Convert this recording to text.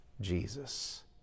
Jesus